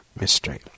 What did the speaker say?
mystery